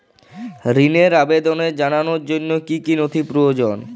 ঋনের আবেদন জানানোর জন্য কী কী নথি প্রয়োজন?